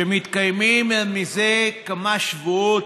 שמתקיימים זה כמה שבועות,